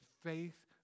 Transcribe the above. Faith